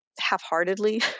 half-heartedly